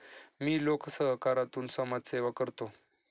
मी लोकसहकारातून समाजसेवा करतो